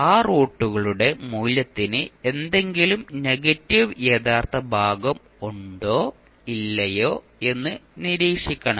ആ റൂട്ടുകളുടെ മൂല്യത്തിന് എന്തെങ്കിലും നെഗറ്റീവ് യഥാർത്ഥ ഭാഗം ഉണ്ടോ ഇല്ലയോ എന്ന് നിരീക്ഷിക്കണം